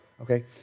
okay